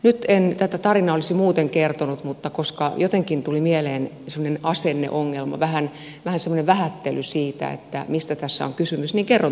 nyt en tätä tarinaa olisi muuten kertonut mutta koska jotenkin tuli mieleen semmoinen asenneongelma vähän semmoinen vähättely siitä mistä tässä on kysymys niin kerron tämän tarinan